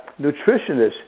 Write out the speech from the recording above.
nutritionists